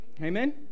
Amen